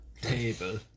table